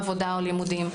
עבודה או לימודים.